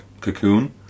Cocoon